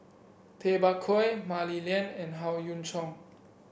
Tay Bak Koi Mah Li Lian and Howe Yoon Chong